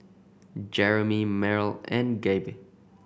Jeromy Myrle and Gabe